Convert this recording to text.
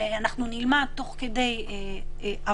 ואנחנו נלמד תוך כדי עבודה,